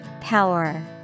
Power